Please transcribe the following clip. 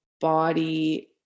body